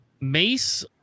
Mace